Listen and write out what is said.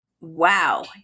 Wow